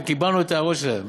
וקיבלנו את ההערות שלהם.